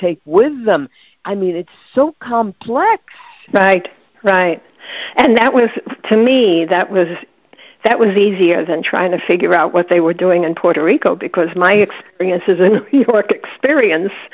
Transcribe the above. take with them i mean it's so complex right right and that was to me that was that was easier than trying to figure out what they were doing and puerto rico because my experiences and your experience